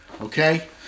okay